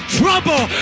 trouble